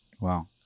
wow